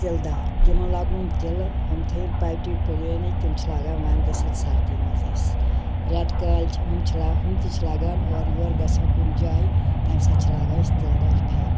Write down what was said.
تِلہٕ دار تِمن لاگنووُم تِلہٕ ہُم تھٲیِم پٹِو پٕلینٕے تِم چھِ لگان ونٛدس یَتھ سردی منٛز اَسہِ رٮ۪تہٕ کالہِ چھِ ہُم چھِ لا ہُم تہِ چھ لاگان اورٕ یور گَژھو کُنہِ جاے تَمہِ ساتہٕ چھِ لاگان أسۍ تِلہٕ دار پھٮ۪رن